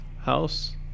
house